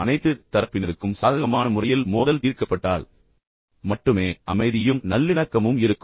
அனைத்து தரப்பினருக்கும் சாதகமான முறையில் மோதல் தீர்க்கப்பட்டால் மட்டுமே அமைதியும் நல்லிணக்கமும் இருக்கும்